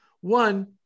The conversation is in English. one